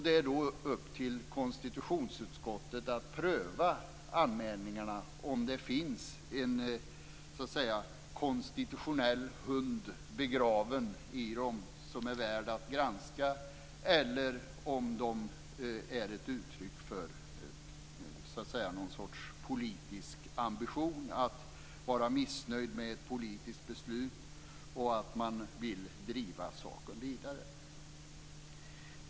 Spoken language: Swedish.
Det är upp till konstitutionsutskottet att pröva anmälningarna och undersöka om det finns en konstitutionell hund begraven och om ärendet är värt att granska eller om anmälningen är ett uttryck för någon sorts politisk ambition. Man är kanske missnöjd med ett politiskt beslut och vill driva saken vidare.